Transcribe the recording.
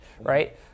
right